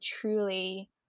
truly